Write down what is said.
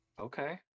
Okay